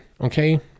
Okay